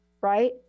right